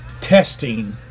testing